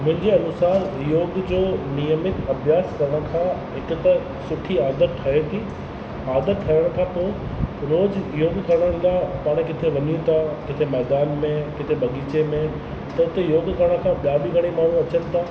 मुंहिंजे अनुसारु योग जो नियमित अभ्यासु करण सां हिकु त सुठी आदत ठहे थी आदत ठहण खां पोइ रोज़ु योगु करण लाइ पाण किथे वञूं था किथे मैदान में किथे बग़ीचे में त उते योगु करण खां ॿिया बि घणे माण्हू अचनि था